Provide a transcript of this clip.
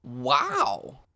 Wow